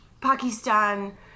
Pakistan